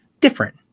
different